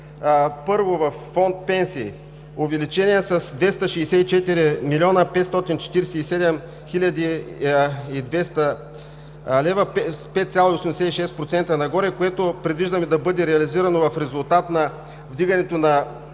първо във фонд „Пенсии“ – увеличение с 264 млн. 547 хил. 200 лв., с 5,86% нагоре, което предвиждаме да бъде реализирано в резултат на вдигането на